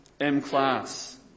M-Class